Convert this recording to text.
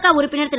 க உறுப்பினர் திரு